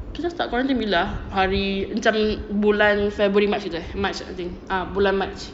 kita start quarantine bila ah hari macam bulan february march gitu eh ah bulan march